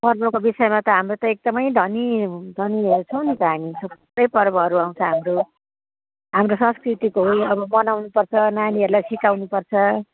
पर्वको विषयमा त हाम्रो त एकदमै धनी धनीहरू छौँ नि त हामी सबै पर्वहरू आउँछ हाम्रो हाम्रो संस्कृतिको हो यो अब मनाउनुपर्छ नानीहरूलाई सिकाउनुपर्छ